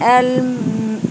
L